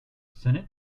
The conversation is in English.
senate